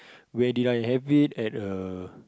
where did I have it at the